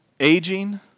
Aging